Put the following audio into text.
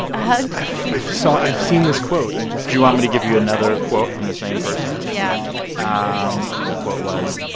i've so i've seen this quote. i just. do you want me to give you another quote from the same person? yeah um the quote was,